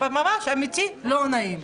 ממש אמיתי לא נעים.